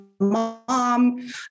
mom